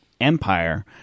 empire